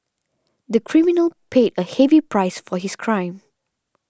the criminal paid a heavy price for his crime